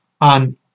on